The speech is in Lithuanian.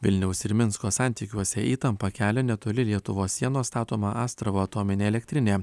vilniaus ir minsko santykiuose įtampą kelia netoli lietuvos sienos statoma astravo atominė elektrinė